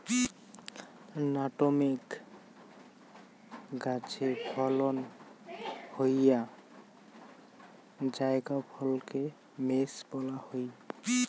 nutmeg গাছে ফলন হওয়া জায়ফলকে মেস বলা হই